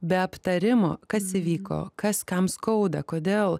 be aptarimo kas įvyko kas kam skauda kodėl